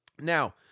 Now